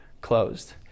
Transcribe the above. closed